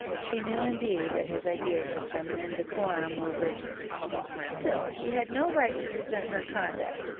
she knew indeed that his ideas of feminine decorum were rigid but still he had no right to resent her conduct,